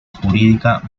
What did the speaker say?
jurídicas